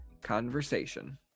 Conversation